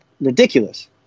ridiculous